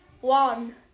one